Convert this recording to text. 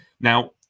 Now